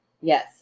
Yes